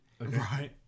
Right